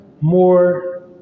more